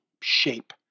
shape